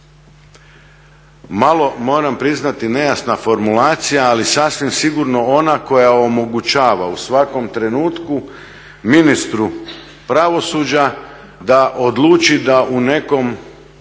Malo moram priznati nejasna formulacija ali sasvim sigurno ona koja omogućava u svakom trenutku ministru pravosuđa da odluči da u nekom